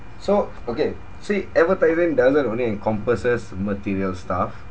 so okay see advertising doesn't only encompasses material stuff